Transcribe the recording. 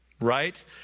right